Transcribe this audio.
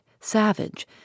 savage